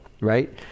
Right